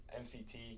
MCT